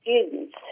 students